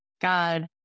God